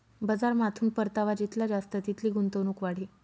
बजारमाथून परतावा जितला जास्त तितली गुंतवणूक वाढी